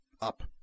Up